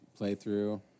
playthrough